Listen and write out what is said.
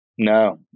No